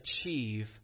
achieve